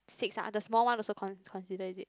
six ah the small one also con~ considered is it